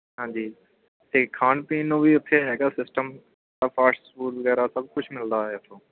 ਹਾਂਜੀ ਅਤੇ ਖਾਣ ਪੀਣ ਨੂੰ ਵੀ ਉੱਥੇ ਹੈਗਾ ਸਿਸਟਮ ਸਭ ਫਾਸਟ ਫੂਡ ਵਗੈਰਾ ਸਭ ਕੁਛ ਮਿਲਦਾ ਆ ਇੱਥੋਂ